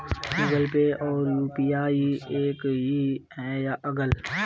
Google Pay और UPI एक ही है या अलग?